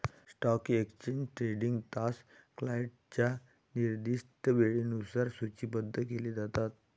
stock exchange trading तास क्लायंटच्या निर्दिष्ट वेळेनुसार सूचीबद्ध केले जातात